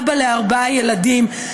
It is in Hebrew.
אבא לארבעה ילדים,